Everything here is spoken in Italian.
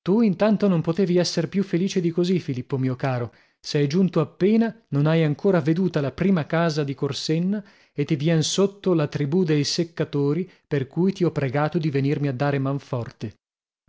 tu intanto non potevi esser più felice di così filippo mio caro sei giunto appena non hai ancora veduta la prima casa di corsenna e ti vien sotto la tribù dei seccatori per cui ti ho pregato di venirmi a dare man forte